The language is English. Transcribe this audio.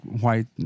white